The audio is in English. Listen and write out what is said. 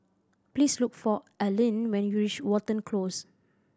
please look for Arlyn when you reach Watten Close